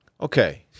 Okay